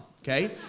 okay